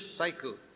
cycle